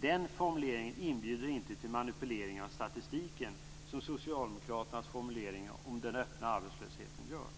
Den formuleringen inbjuder inte till manipuleringar av statistiken som Socialdemokraternas formuleringar om den öppna arbetslösheten gör.